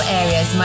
areas